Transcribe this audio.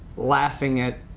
laughing at